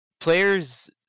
players